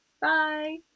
bye